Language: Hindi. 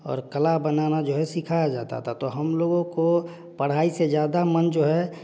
और कला बनाना जो है सिखाया जाता था तो हम लोगों को पढ़ाई से ज़्यादा मन जो है